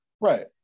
Right